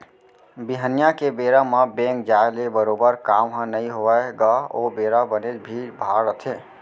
बिहनिया के बेरा म बेंक जाय ले बरोबर काम ह नइ होवय गा ओ बेरा बनेच भीड़ भाड़ रथे